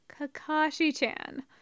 Kakashi-chan